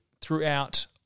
throughout